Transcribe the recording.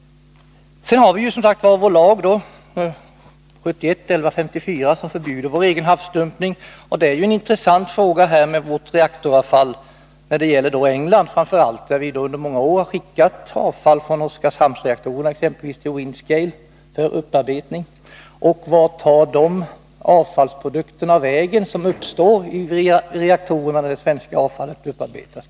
Vi har som sagt vår lag 1971:1154 som förbjuder vår egen havsdumpning. En intressant fråga i detta sammanhang är vår utförsel av reaktoravfall till framför allt England. Vi har under många år skickat avfall från Oskarshamnsreaktorerna till Windscale för upparbetning. Vart tar de avfallsprodukter vägen som uppstår i reaktorerna när det svenska avfallet upparbetas?